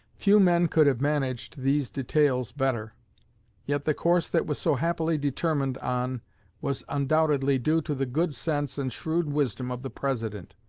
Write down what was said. few men could have managed these details better yet the course that was so happily determined on was undoubtedly due to the good sense and shrewd wisdom of the president.